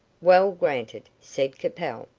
well, granted, said capel.